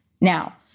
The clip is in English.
now